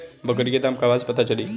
बकरी के दाम कहवा से पता चली?